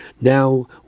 Now